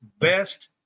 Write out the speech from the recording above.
best